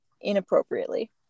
inappropriately